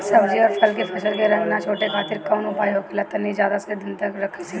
सब्जी और फल के फसल के रंग न छुटे खातिर काउन उपाय होखेला ताकि ज्यादा दिन तक रख सकिले?